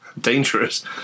dangerous